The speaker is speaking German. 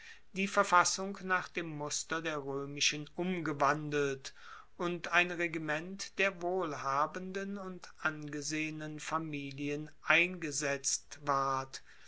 die verfassung nach dem muster der roemischen umgewandelt und ein regiment der wohlhabenden und angesehenen familien eingesetzt ward